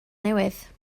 newydd